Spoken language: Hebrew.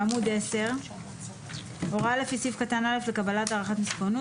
בעמוד 10. (ב) הוראה לפי סעיף קטן (א) לקבלת הערכת מסוכנות